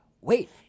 wait